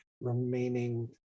remaining